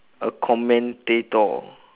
a commentator